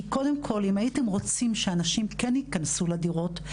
כי קודם כל אם הייתם רוצים שאנשים כן ייכנסו לדירות,